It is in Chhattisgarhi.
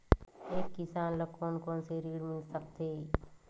एक किसान ल कोन कोन से ऋण मिल सकथे?